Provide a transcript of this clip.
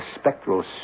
spectral